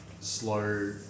slow